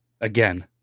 Again